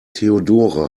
theodora